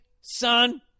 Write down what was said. Son